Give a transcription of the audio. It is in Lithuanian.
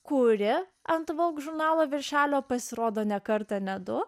kuri ant volgos žurnalo viršelio pasirodo ne kartą ne du